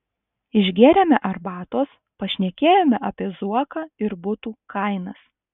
išgėrėme arbatos pašnekėjome apie zuoką ir butų kainas